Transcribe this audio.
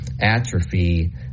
atrophy